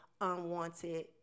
unwanted